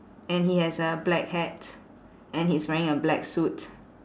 and he has a black hat and he's wearing a black suit